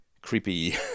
creepy